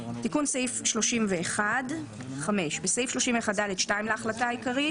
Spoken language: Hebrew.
תיקון סעיף 31 5. בסעיף 31(ד)(2) להחלטה העיקרית,